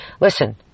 Listen